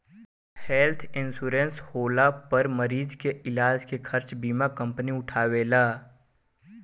health insurance होला पर मरीज के इलाज के खर्चा बीमा कंपनी उठावेले